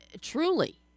truly